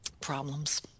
problems